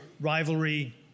rivalry